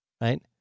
Right